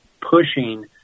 pushing